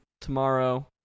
tomorrow